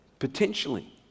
potentially